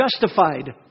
justified